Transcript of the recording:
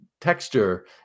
texture